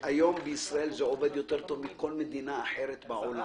שבישראל זה עובד יותר טוב מכל מדינה אחרת בעולם